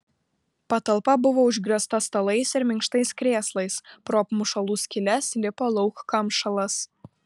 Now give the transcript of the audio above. patalpa buvo užgriozta stalais ir minkštais krėslais pro apmušalų skyles lipo lauk kamšalas